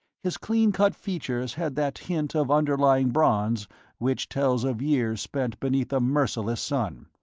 his clean-cut features had that hint of underlying bronze which tells of years spent beneath a merciless sun,